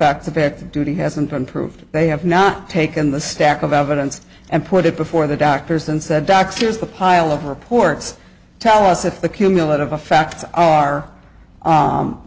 of duty hasn't been proved they have not taken the stack of evidence and put it before the doctors and said doctors the pile of reports tell us if the cumulative a fact are